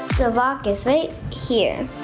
the lock is safe here.